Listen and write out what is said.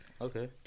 Okay